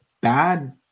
bad